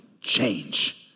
change